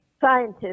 Scientists